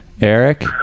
Eric